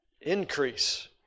increase